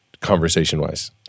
conversation-wise